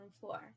floor